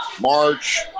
March